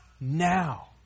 now